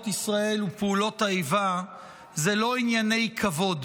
ישראל ופעולות האיבה זה לא ענייני כבוד,